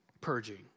Purging